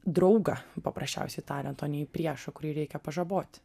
draugą paprasčiausiai tariant o ne į priešą kurį reikia pažaboti